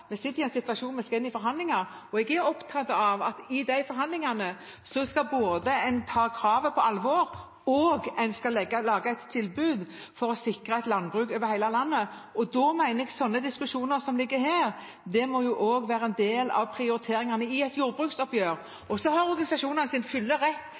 vi skal inn i forhandlinger, og jeg er opptatt av at i de forhandlingene skal en både ta kravet på alvor og en skal lage et tilbud for å sikre et landbruk over hele landet. Da mener jeg at diskusjoner som denne også må være en del av prioriteringene i et jordbruksoppgjør. Så er organisasjonene i sin fulle rett